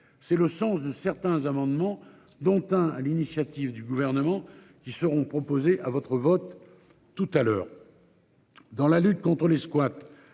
C'est le sens de certains amendements dont un à l'initiative du gouvernement qui seront proposées à votre vote tout à l'heure. Dans la lutte contre les squats